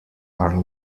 are